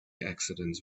accidents